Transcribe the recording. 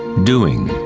doing,